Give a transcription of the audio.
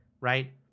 right